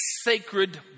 sacred